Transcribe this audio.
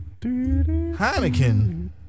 Heineken